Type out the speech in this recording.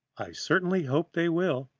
i certainly hope they will.